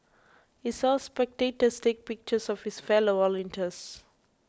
he saw spectators take pictures of his fellow volunteers